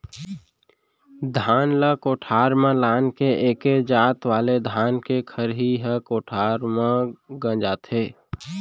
धान ल कोठार म लान के एके जात वाले धान के खरही ह कोठार म गंजाथे